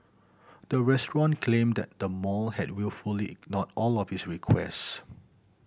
the restaurant claimed that the mall had wilfully ignored all of its requests